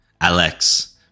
Alex